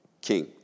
king